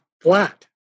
flat